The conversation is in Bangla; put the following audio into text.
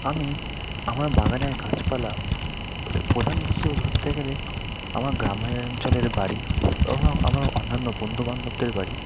আমি আমার বাগানের গাছপালা প্রধান উৎস ধরতে গেলে আমার গ্রামায়ঞ্চলের বাড়ি ও আমার অন্যান্য বন্ধুবান্ধবদের বাড়ি